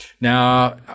Now